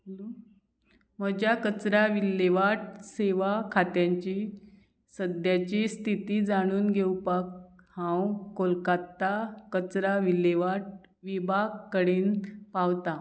म्हज्या कचरा विल्लेवाट सेवा खात्यांची सद्याची स्थिती जाणून घेवपाक हांव कोलकात्ता कचरा विलेवाट विभाग कडेन पावतां